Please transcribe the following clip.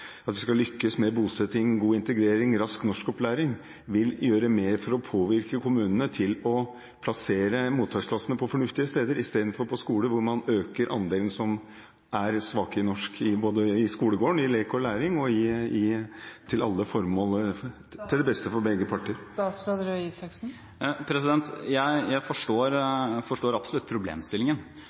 bosetting, god integrering og rask norskopplæring, skal gjøre mer for å påvirke kommunene til heller å plassere mottaksklassene på fornuftige steder enn på skoler hvor man øker andelen som er svake i norsk. Dette gjelder både i skolegården, i lek og i læring – alle formål – til det beste for begge parter. Jeg forstår absolutt problemstillingen. Vi kunne hatt lange, gode og interessante diskusjoner om dette. Det spørsmålet jeg